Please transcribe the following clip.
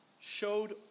showed